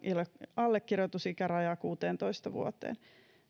allekirjoitusikärajaa kuuteentoista vuoteen